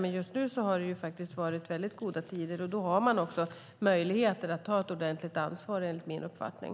Men just nu är det väldigt goda tider, och då har de också möjligheter att ta ett ordentligt ansvar, enligt min uppfattning.